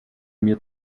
mir